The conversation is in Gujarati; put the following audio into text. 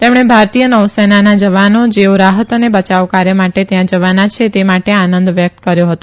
તેમણે ભારતીય નવસેના ના જવાનો જેઓ રાહત અને બચાવ કાર્ય માટે ત્યાં જવાના છે તે માટે આનંદ વ્યકત કર્યો હતો